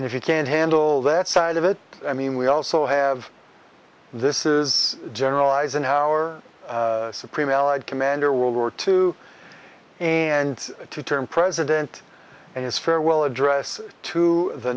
and if you can't handle that side of it i mean we also have this is general eisenhower supreme allied commander world war two and two term president and his farewell address to the